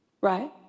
right